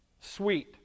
sweet